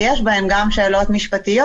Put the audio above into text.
יש בהן גם שאלות משפטיות,